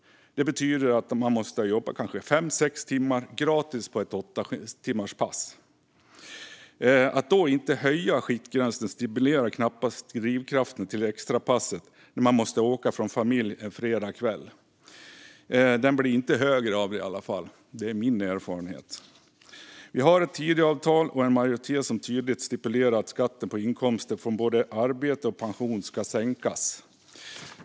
Det betyder att hon eller han måste jobba fem eller sex timmar gratis på ett åttatimmarspass. Att inte höja skiktgränsen stimulerar alltså knappast drivkraften att ta det där extrapasset och behöva åka från familjen en fredagskväll. Det är i alla fall min erfarenhet att den inte blir starkare av det. Vi har ett Tidöavtal och en majoritet som tydligt stipulerar att skatten på inkomster från både arbete och pension ska sänkas.